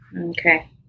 Okay